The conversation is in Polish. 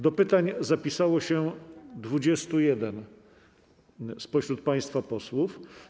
Do pytań zapisało się 21 spośród państwa posłów.